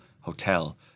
hotel